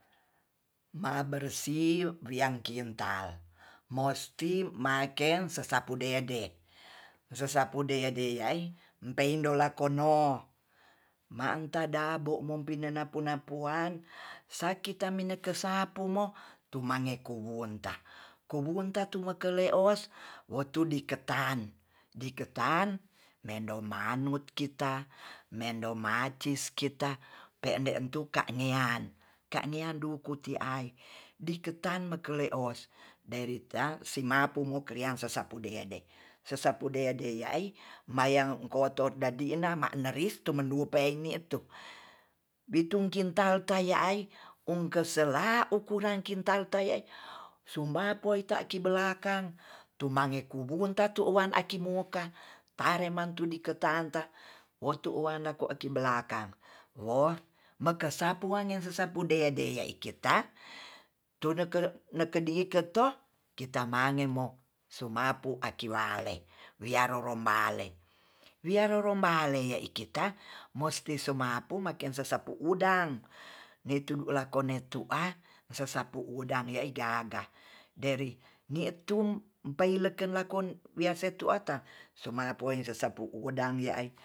Mabersih liang kintal mosti maken sesapu dede, sesapu dede ayi peindola kono mangta dabo mopi nena puna puang sakita mineke sapu mo tumangeko wunta kumunta keleos wotu di ketan di ketan mendo manut kita mendo macis kita pe'ende tu ka'ngean, ka'ngean duku ti ai diketan mekelei os derita simapumu krian sesapu dede, sesapu dedei ya'i maya kotor dadi'na ma'ne rif tu menupeini tu bitung kintal taya ai ongke sela ukuran kintal teyei suma poita kibelakang tumangekubu tatuwan akimuka taremantu di ketanta wotu wanako ki belakang wo mekesapuane sesapu dedei ya'i kita tude kere nekedi kete kita mangemo sumapu akilale wiyarorom bale, wiyarorom bale ikita musti somapu maken sesepu udang ne tu lakoni tu a sesapu udang ya'i gaga dari ni tu peileken lakon wiasetu ata sumapi sesapu udang ya'i